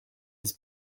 des